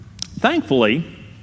Thankfully